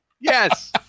Yes